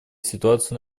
ситуацию